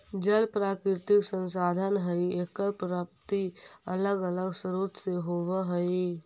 जल प्राकृतिक संसाधन हई एकर प्राप्ति अलग अलग स्रोत से होवऽ हई